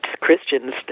Christians